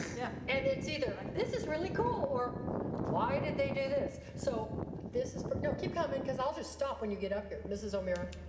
yeah and it's either, like this is really cool, or why did they do this? so this is, you know keep coming because i'll just stop when you get up here, mrs. omara.